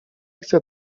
chcę